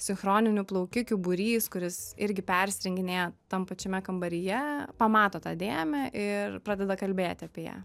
sinchroninių plaukikių būrys kuris irgi persirenginėja tam pačiame kambaryje pamato tą dėmę ir pradeda kalbėti apie ją